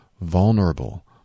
vulnerable